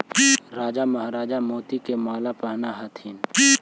राजा महाराजा मोती के माला पहनऽ ह्ल्थिन